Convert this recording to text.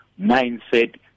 mindset